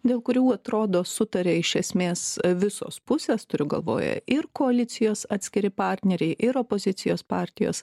dėl kurių atrodo sutarė iš esmės visos pusės turiu galvoj ir koalicijos atskiri partneriai ir opozicijos partijos